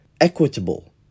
equitable